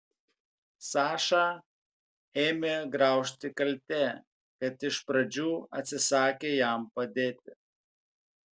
sašą ėmė graužti kaltė kad iš pradžių atsisakė jam padėti